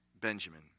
Benjamin